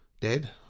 Dead